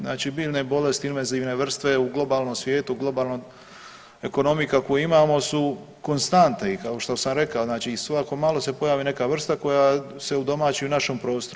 Znači biljne bolesti invazivne vrste u globalnom svijetu, globalnoj ekonomiji kakvu imamo su konstanta i kao što sam rekao znači i svako malo se pojavi neka vrsta koja se udomaći u našem prostoru.